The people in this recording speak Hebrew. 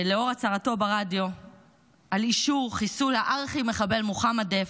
לאור הצהרתו ברדיו על אישור חיסול הארכי-מחבל מוחמד דף,